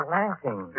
laughing